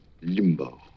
limbo